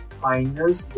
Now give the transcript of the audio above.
finals